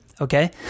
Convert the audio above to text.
Okay